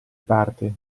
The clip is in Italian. parte